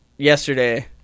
Yesterday